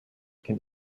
can